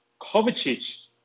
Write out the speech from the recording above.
Kovacic